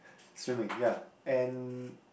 swimming ya and